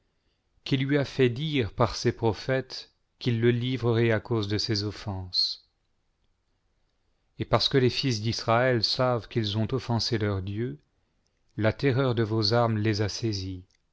qu'il lui a fait dire par ses i prophètes qu'il le livrerait à cause de ses offenses et parce que les fils d'israël savent qu'ils ont offensé leur dieu la terreur de vos armes les a saisis